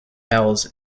els